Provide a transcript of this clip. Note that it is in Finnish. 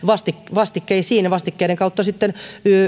vastikkeisiin ja vastikkeiden kautta sitten